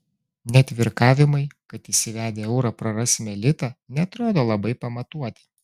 net virkavimai kad įsivedę eurą prarasime litą neatrodo labai pamatuoti